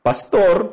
Pastor